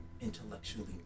intellectually